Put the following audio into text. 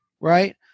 Right